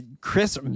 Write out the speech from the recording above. Chris